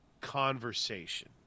conversation